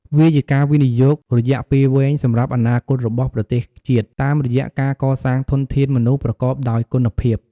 វាជាការវិនិយោគរយៈពេលវែងសម្រាប់ អនាគតរបស់ប្រទេសជាតិ តាមរយៈការកសាងធនធានមនុស្សប្រកបដោយគុណភាព។